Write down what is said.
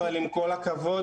אבל עם כל הכבוד,